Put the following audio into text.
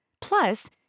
Plus